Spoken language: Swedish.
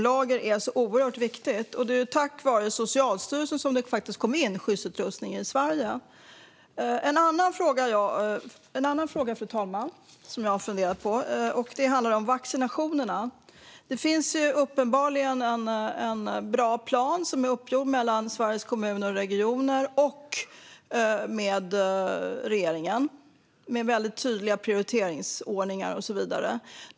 Lager är ju oerhört viktigt, och det var tack vare Socialstyrelsen som det faktiskt kom in skyddsutrustning i Sverige. En annan fråga jag har funderat på, fru talman, handlar om vaccinationerna. Det finns uppenbarligen en bra plan som är uppgjord mellan Sveriges Kommuner och Regioner och regeringen, med väldigt tydliga prioriteringsordningar och så vidare.